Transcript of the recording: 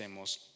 hacemos